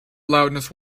loudness